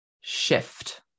shift